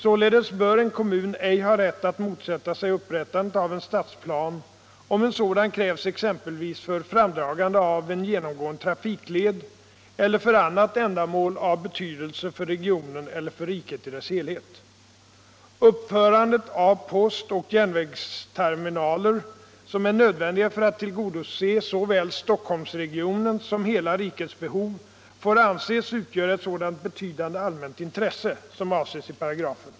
Således bör en kommun ej ha rätt att motsätta sig upprättande av en stadsplan om en sådan krävs exempelvis för framdragande av en genomgående trafikled eller för annat ändamål av betydelse för regionen eller för riket i dess helhet. Uppförandet av postoch järnvägsterminaler, som är nödvändiga för att tillgodose såväl Stockholmsregionens som hela rikets behov, får anses utgöra ett sådant betydande allmänt intresse som avses i paragrafen.